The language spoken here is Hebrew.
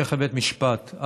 לבית משפט.